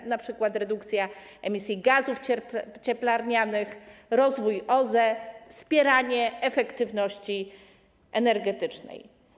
To np. redukcja emisji gazów cieplarnianych, rozwój OZE, wspieranie efektywności energetycznej.